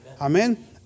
Amen